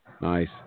Nice